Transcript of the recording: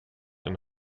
and